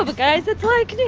ah but guys, it's, like,